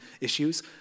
issues